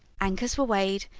anchors were weighed,